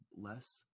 less